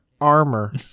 armor